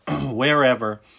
wherever